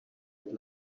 act